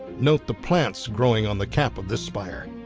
note the plants growing on the cap of this spire.